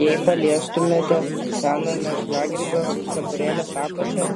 jei paliestumėte seno mėšlagrybio kepurėlės apačią